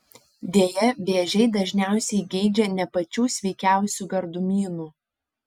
deja vėžiai dažniausiai geidžia ne pačių sveikiausių gardumynų